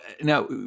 now